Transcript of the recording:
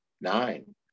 Nine